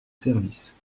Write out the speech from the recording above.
service